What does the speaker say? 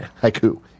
haiku